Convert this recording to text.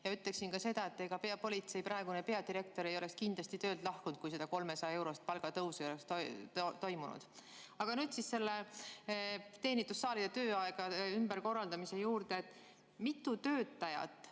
Ütleksin ka seda, et ega politsei praegune peadirektor ei oleks kindlasti töölt lahkunud, kui seda 300‑eurost palgatõusu ei oleks toimunud. Aga nüüd teenindussaalide tööaja ümberkorraldamise juurde. Kui mitu töötajat